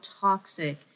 toxic